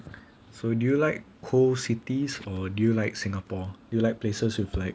so do you like cold cities or do you like singapore you like places with like